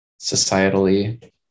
societally